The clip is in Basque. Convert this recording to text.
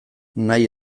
nahi